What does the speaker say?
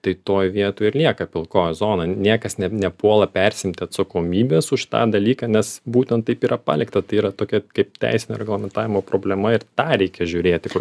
tai toj vietoj ir lieka pilkoji zona niekas ne nepuola persiimti atsakomybės už tą dalyką nes būtent taip yra palikta tai yra tokia kaip teisinė reglamentavimo problema ir tą reikia žiūrėti kur